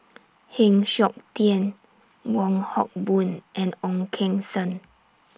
Heng Siok Tian Wong Hock Boon and Ong Keng Sen